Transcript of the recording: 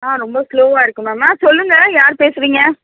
ஆ ரொம்ப ஸ்லோவ்வாக இருக்குது மேம் ஆ சொல்லுங்கள் யார் பேசுகிறீங்க